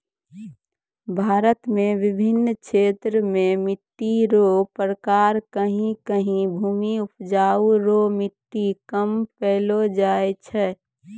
भारत मे बिभिन्न क्षेत्र मे मट्टी रो प्रकार कहीं कहीं भूमि उपजाउ रो मट्टी कम पैलो जाय छै